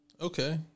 okay